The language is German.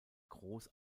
groß